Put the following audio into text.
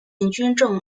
军政